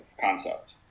concept